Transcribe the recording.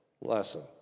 lesson